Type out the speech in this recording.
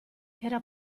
era